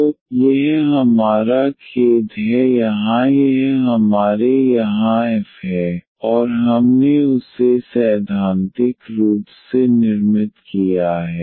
तो यह हमारा खेद है यहाँ यह हमारे यहाँ एफ है और हमने उसे सैद्धांतिक रूप से निर्मित किया है